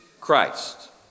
Christ